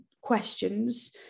questions